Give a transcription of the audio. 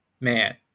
man